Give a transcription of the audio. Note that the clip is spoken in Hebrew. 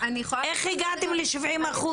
איך הגעתם ל-70 אחוז?